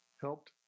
helped